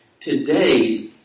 Today